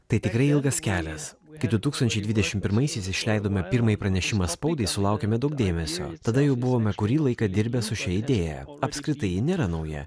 tai tikrai ilgas kelias kai du tūkstančiai dvidešim pirmaisiais išleidome pirmąjį pranešimą spaudai sulaukėme daug dėmesio tada jau buvome kurį laiką dirbę su šia idėja apskritai ji nėra nauja